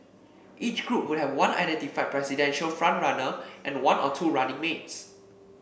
each group would have one identified presidential front runner and one or two running mates